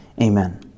amen